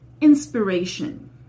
inspiration